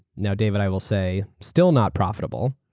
now, david, i will say still not profitable.